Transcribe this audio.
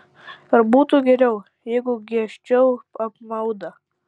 ar būtų geriau jeigu giežčiau apmaudą